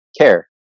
care